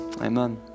Amen